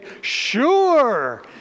sure